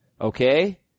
Okay